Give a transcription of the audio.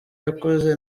yakoze